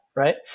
Right